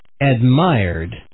admired